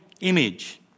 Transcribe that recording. image